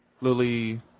Lily